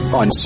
on